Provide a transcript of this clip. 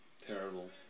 terrible